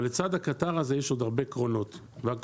אבל לצד הקטר הזה יש עוד הרבה קרונות מאחורה: